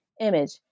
image